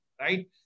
Right